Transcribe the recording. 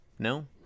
No